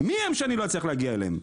מי הם שאני לא אצליח להגיע אליהם?